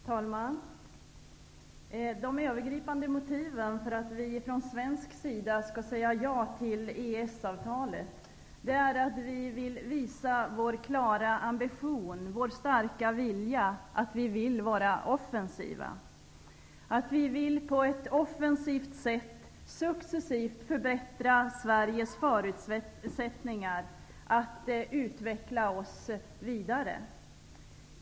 Herr talman! De övergripande motiven till att vi från svensk sida skall säga ja till EES-avtalet är att vi vill visa vår klara ambition, vår starka vilja att vara offensiva, att vi på ett offensivt sätt successivt vill förbättra Sveriges förutsättningar att utvecklas vidare.